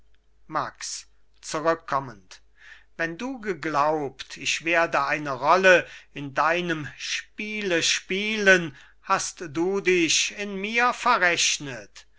max zurückkommend wenn du geglaubt ich werde eine rolle in deinem spiele spielen hast du dich in mir verrechnet